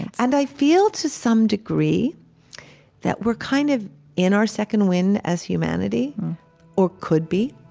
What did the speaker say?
and i feel to some degree that we're kind of in our second wind as humanity or could be.